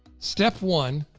step one,